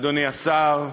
אדוני השר,